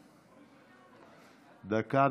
דקה,